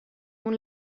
اون